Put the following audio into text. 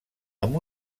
amb